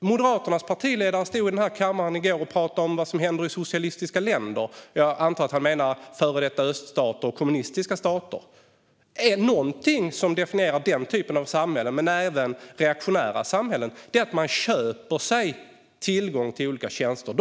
Moderaternas partiledare stod här i kammaren i går och pratade om vad som händer i socialistiska länder. Jag antar att han menade före detta öststater och kommunistiska stater. Är det någonting som definierar den typen av samhällen, men även reaktionära samhällen, är det att man köper sig tillgång till olika tjänster.